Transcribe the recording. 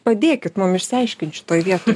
padėkit mum išsiaiškint šitoj vietoj